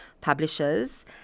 publishers